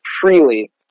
freely